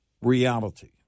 reality